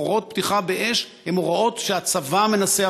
הוראות פתיחה באש הן הוראות שהצבא מנסח.